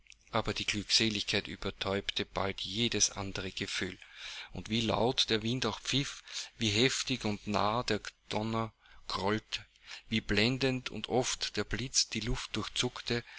aber die glückseligkeit übertäubte bald jedes andere gefühl und wie laut der wind auch pfiff wie heftig und nah der donner grollte wie blendend und oft der blitz die luft